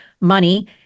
money